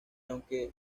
aunque